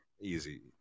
easy